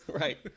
Right